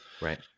Right